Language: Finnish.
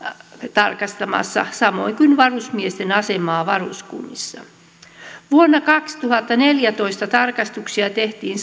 tarkastamassa samoin kuin varusmiesten asemaa varuskunnissa vuonna kaksituhattaneljätoista tarkastuksia tehtiin